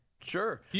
Sure